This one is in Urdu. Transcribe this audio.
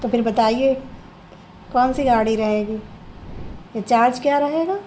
تو ِپھر بتائیے کون سی گاڑی رہے گی چارج کیا رہے گا